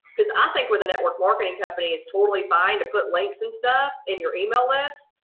because i think with the network marketing company, it's totally fine to put links and stuff in your email list.